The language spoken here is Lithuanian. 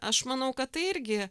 aš manau kad tai irgi